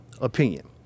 opinion